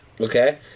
Okay